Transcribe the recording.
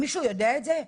מישהו יודע את זה?